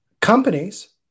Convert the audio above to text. Companies